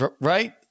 right